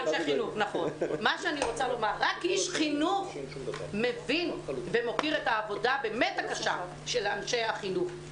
רק איש חינוך מבין ומוקיר את העבודה הבאמת קשה של אנשי החינוך.